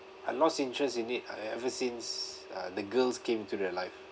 I lost interest in it uh ever since uh the girls came to their life